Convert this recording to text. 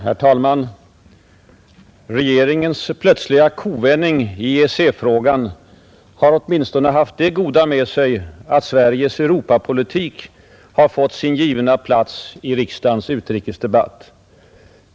Herr talman! Regeringens plötsliga ”kovändning” i EEC-frågan har åtminstone haft det goda med sig att Sveriges Europapolitik har fått sin givna plats i riksdagens utrikesdebatt.